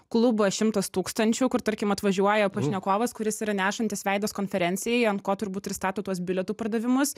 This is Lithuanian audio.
klubą šimtas tūkstančių kur tarkim atvažiuoja pašnekovas kuris yra nešantis veidas konferencijai ant ko turbūt pristato tuos bilietų pardavimus